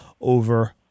over